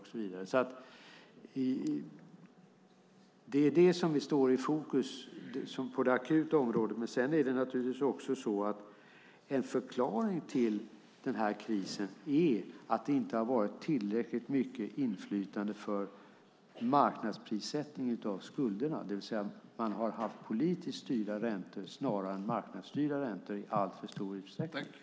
Det är alltså detta som står i fokus på det akuta området. Sedan är det naturligtvis också så att en förklaring till denna kris är att det inte har varit tillräckligt mycket inflytande för marknadsprissättning av skulderna. Man har alltså haft politiskt styrda räntor snarare än marknadsstyrda räntor i alltför stor utsträckning.